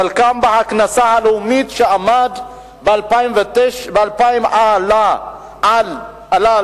חלקם בהכנסה הלאומית, שעמד ב-2000 על 66%,